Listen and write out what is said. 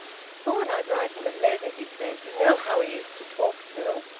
i thought i'd write him a letter, he said. you know how he is to talk to.